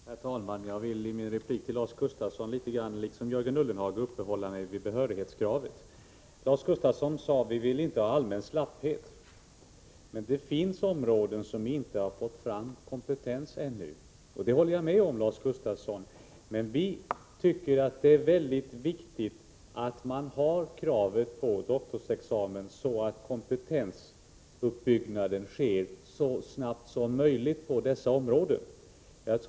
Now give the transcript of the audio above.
Herr talman! I min replik till Lars Gustafsson vill jag liksom Jörgen Ullenhag litet grand uppehålla mig vid behörighetskravet. Lars Gustafsson sade: Vi vill inte ha allmän slapphet, men det finns områden där man inte har fått fram kompetens ännu. Det håller jag med om, men vi tycker att det är viktigt att man har kravet på doktorsexamen, så att kompetensuppbyggnaden sker så snabbt som möjligt på dessa områden.